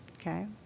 Okay